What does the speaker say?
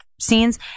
scenes